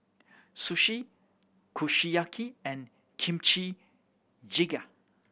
Sushi Kushiyaki and Kimchi Jjigae